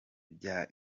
bya